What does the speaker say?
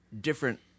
different